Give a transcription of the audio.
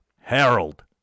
Harold